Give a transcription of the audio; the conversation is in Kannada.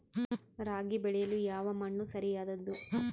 ರಾಗಿ ಬೆಳೆಯಲು ಯಾವ ಮಣ್ಣು ಸರಿಯಾದದ್ದು?